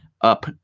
up